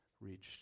reached